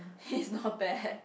is not bad